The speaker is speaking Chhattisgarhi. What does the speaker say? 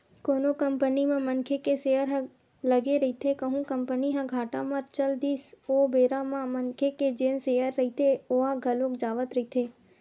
कोनो कंपनी म मनखे के सेयर ह लगे रहिथे कहूं कंपनी ह घाटा म चल दिस ओ बेरा म मनखे के जेन सेयर रहिथे ओहा घलोक जावत रहिथे